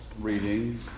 reading